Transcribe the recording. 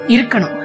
Irkano